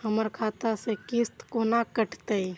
हमर खाता से किस्त कोना कटतै?